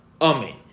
Amen